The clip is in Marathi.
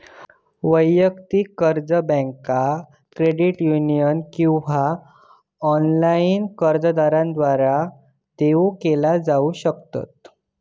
वैयक्तिक कर्ज बँका, क्रेडिट युनियन किंवा ऑनलाइन कर्जदारांद्वारा देऊ केला जाऊ शकता